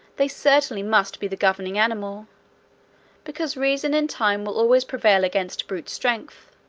they certainly must be the governing animal because reason in time will always prevail against brutal strength.